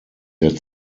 der